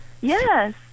Yes